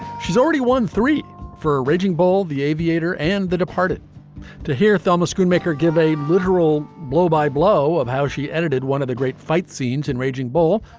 she's already won three for a raging bull, the aviator and the departed to hear thelma's schoomaker give a literal blow by blow of how she edited one of the great fight scenes in raging bull,